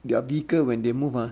their vehicle when they move ah